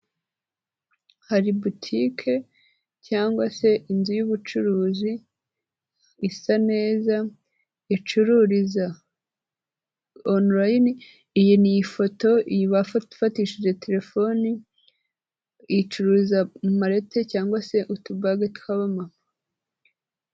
Hari butike cyangwa se inzu y'ubucuruzi isa neza, icururiza onorayini, iyi ni ifoto, iyi bafatishije telefoni, icuruza marete cyangwa se utubage tw'abamama.